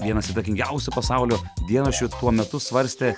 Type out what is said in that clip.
vienas įtakingiausių pasaulio dienraščių tuo metu svarstė